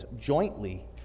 jointly